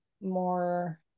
more